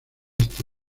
este